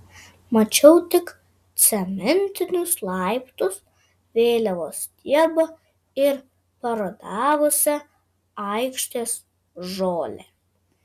mačiau tik cementinius laiptus vėliavos stiebą ir parudavusią aikštės žolę